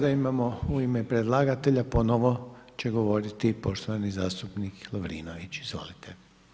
Sada imamo u ime predlagatelja, ponovno će govoriti poštovani zastupnik Lovrinović, izvolite.